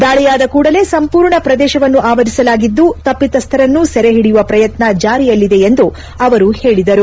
ದಾಳೆಯಾದ ಕೂಡಲೇ ಸಂಪೂರ್ಣ ಪ್ರದೇಶವನ್ನು ಆವರಿಸಲಾಗಿದ್ದು ತಪ್ಪತಸ್ವರನ್ನು ಸೆರೆಹಿಡಿಯುವ ಪ್ರಯತ್ನ ಜಾರಿಯಲ್ಲಿದೆ ಎಂದೂ ಅವರು ಹೇಳದರು